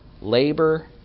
labor